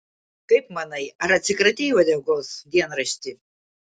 kaip manai ar atsikratei uodegos dienrašti